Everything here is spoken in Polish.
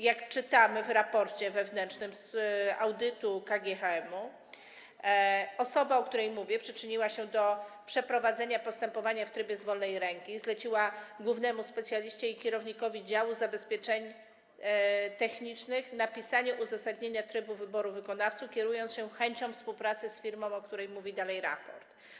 Jak czytamy w raporcie wewnętrznym z audytu KGHM-u, osoba, o której mówię, przyczyniła się do przeprowadzenia postępowania w trybie z wolnej ręki, zleciła głównemu specjaliście i kierownikowi działu zabezpieczeń technicznych napisanie uzasadnienia trybu wyboru wykonawców, kierując się chęcią współpracy z firmą, o której mówi dalej raport.